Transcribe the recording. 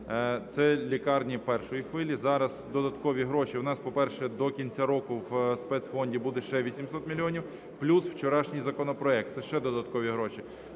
це лікарні першої хвилі. Зараз додаткові гроші. У нас, по-перше, до кінця року в спецфонді буде ще 800 мільйонів, плюс вчорашній законопроект - це ще додаткові гроші.